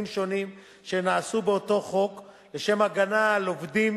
שונים שנעשו באותו חוק לשם הגנה על עובדים